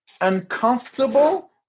uncomfortable